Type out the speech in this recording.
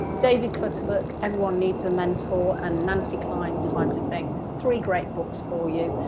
david clutterbuck everyone needs a mentor and nancy kline time to think, three great books for you.